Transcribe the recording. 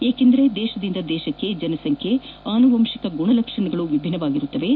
ಏಕೆಂದರೆ ದೇಶದಿಂದ ದೇಶಕ್ಕೆ ಜನಸಂಖ್ಡೆ ಮತ್ತು ಆನುವಂಶಿಕ ಗುಣಲಕ್ಷಣಗಳು ವಿಭಿನ್ನವಾಗಿದ್ದು